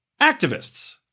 Activists